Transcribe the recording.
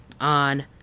on